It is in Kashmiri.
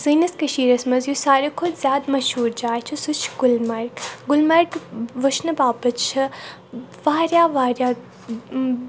سٲنِس کٔشیٖرَس منٛز یُس ساروٕے کھۄتہٕ زیادٕ مشہوٗر جاے چھِ سُہ چھِ گُلمَرگ گُلمَرَگ وٕچھنہٕ باپَتھ چھِ واریاہ واریاہ